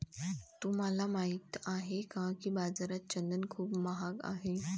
तुम्हाला माहित आहे का की बाजारात चंदन खूप महाग आहे?